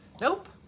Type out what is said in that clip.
Nope